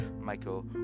Michael